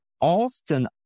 often